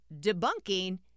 debunking